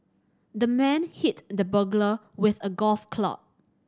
the man hit the burglar with a golf club